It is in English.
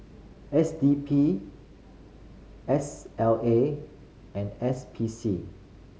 S D P S L A and S P C